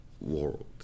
world